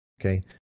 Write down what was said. Okay